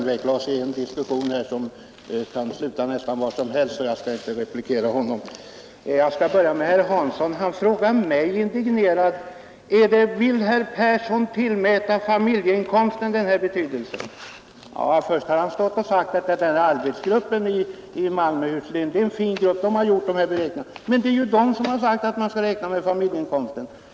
Vill herr Persson tillmäta familjeinkomsten den här betydelsen? Först har herr Hansson stått här och sagt att arbetsgruppen i Malmöhus län är en fin grupp. Den har gjort de här beräkningarna. Men det är ju den som har sagt att man skall räkna med familjeinkomsten.